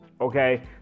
okay